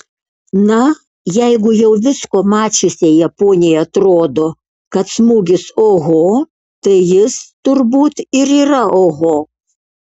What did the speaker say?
na jeigu jau visko mačiusiai japonei atrodo kad smūgis oho tai jis turbūt ir yra oho